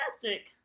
fantastic